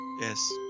yes